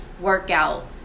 workout